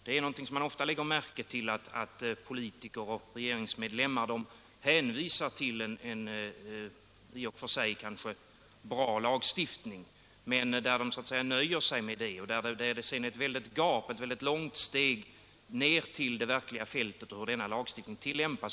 Man lägger ofta märke till att politiker och regeringsmedlemmar hänvisar till en kanske i och för sig bra lagstiftning och så att säga nöjer sig med det, men att det sedan är ett långt steg ner till fältet och till hur denna lagstiftning tillämpas.